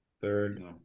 Third